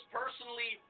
personally